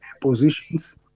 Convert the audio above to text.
positions